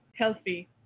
healthy